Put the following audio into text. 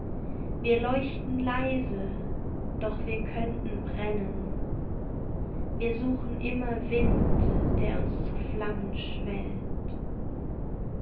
wir leuchten leise doch wir könnten brennen wir suchen immer wind der uns zu flammen schwellt